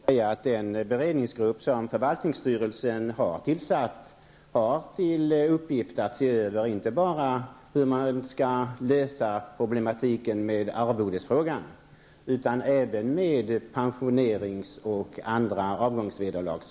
Herr talman! Till Kenneth Lantz vill jag säga att den beredningsgrupp som förvaltningsstyrelsen har tillsatt har till uppgift att se över inte bara hur man skall lösa arvodesfrågan, utan även hur man skall lösa frågan om pensioner och andra avgångsvederlag.